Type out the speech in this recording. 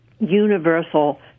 universal